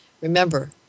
Remember